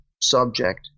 subject